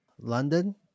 London